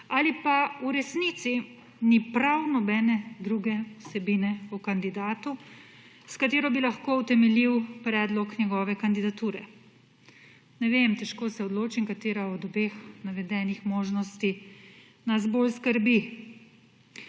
ali pa v resnici ni prav nobene druge vsebine o kandidatu, s katero bi lahko utemeljil predlog njegove kandidature. Ne vem, težko se odločim, katera od obeh navedenih možnosti nas bolj skrbi.